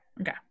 Okay